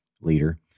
leader